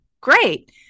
Great